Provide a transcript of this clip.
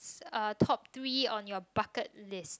top three on your bucket list